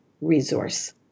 resource